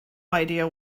idea